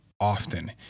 often